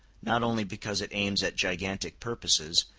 not only because it aims at gigantic purposes,